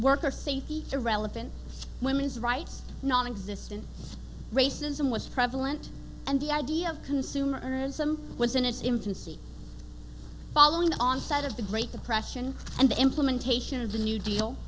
worker safety irrelevant women's rights nonexistent racism was prevalent and the idea of consumerism was in its infancy following the onset of the great depression and the implementation of the new deal